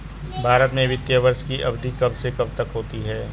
भारत में वित्तीय वर्ष की अवधि कब से कब तक होती है?